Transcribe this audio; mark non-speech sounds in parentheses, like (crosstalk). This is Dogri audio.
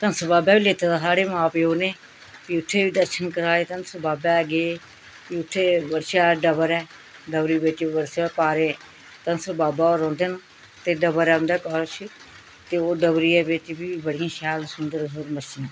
धनसर बाबै बी लेता दा हा म्हाड़े मां प्यो न फ्ही उत्थें बी दर्शन कराए धनसर बाबै गे फ्ही उत्थें शैल डबर ऐ डबरी बिच्च (unintelligible) धनसर बाबा होर रौंह्दे न ते डबर ऐ उंदे कच्छ ते ओह् डबरियै दे बिच्च बी बड़ी शैल सुंदर मच्छियां